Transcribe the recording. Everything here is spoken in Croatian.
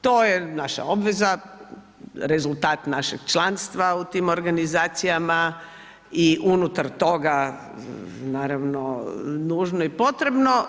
To je naša obveza, rezultat našeg članstva u tim organizacijama i unutar toga naravno nužno i potrebno.